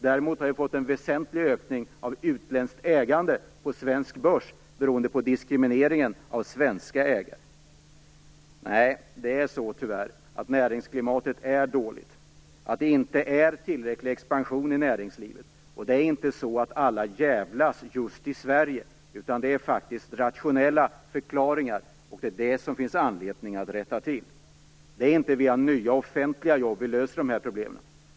Däremot har det skett en väsentlig ökning av utländskt ägande på svensk börs beroende på diskrimineringen av svenska ägare. Tyvärr är det så att näringsklimatet är dåligt. Expansionen i näringslivet är inte tillräcklig. Det är inte så att alla jävlas just i Sverige, utan det finns faktiskt rationella förklaringar till detta. Det är just detta som det finns anledning att rätta till. Det är inte via nya offentliga jobb som vi löser de här problemen.